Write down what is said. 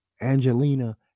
Angelina